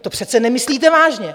To přece nemyslíte vážně?